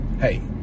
hey